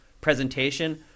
presentation